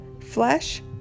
flesh